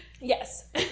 Yes